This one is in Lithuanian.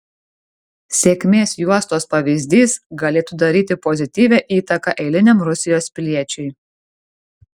sėkmės juostos pavyzdys galėtų daryti pozityvią įtaką eiliniam rusijos piliečiui